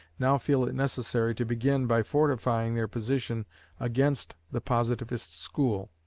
now feel it necessary to begin by fortifying their position against the positivist school.